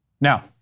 Now